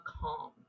calm